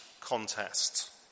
contest